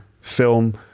film